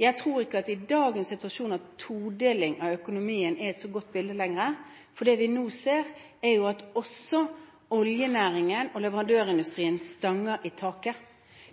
jeg tror ikke i dagens situasjon at en todeling av økonomien er et så godt bilde lenger, for det vi nå ser, er at også oljenæringen og leverandørindustrien stanger i taket.